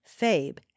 Fabe